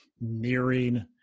nearing